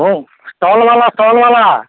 ହଉ ଷ୍ଟଲ ବାଲା ଷ୍ଟଲ୍ ବାଲା